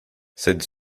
cette